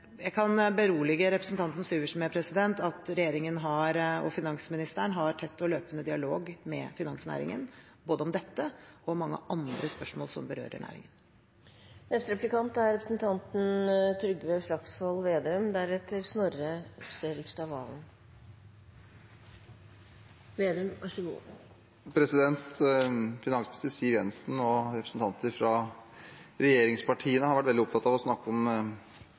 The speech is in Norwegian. Jeg kan berolige representanten Syversen med at regjeringen og finansministeren har tett og løpende dialog med finansnæringen både om dette og om mange andre spørsmål som berører næringen. Finansminister Siv Jensen og representanter fra regjeringspartiene har vært veldig opptatt av å snakke om